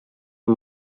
amb